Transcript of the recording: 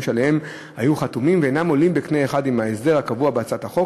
שעליהם היו חתומים ואשר אינם עולים בקנה אחד עם ההסדר הקבוע בהצעת החוק,